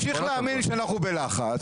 אז תמשיך להאמין שאנחנו בלחץ,